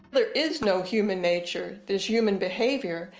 there is no human nature, there's human behavior,